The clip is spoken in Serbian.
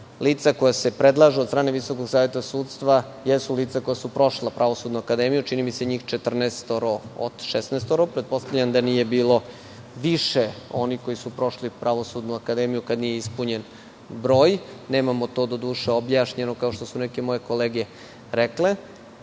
lica koja se predlažu od strane Visokog saveta sudstva, jesu lica koja su prošla Pravosudnu akademiju, čini mi se njih četrnaest od šesnaest, pretpostavljam da nije bilo više onih koji su prošli Pravosudnu akademiju kada nije ispunjen broj, nemamo to doduše objašnjeno, kao što su neke moje kolege rekle.